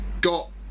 got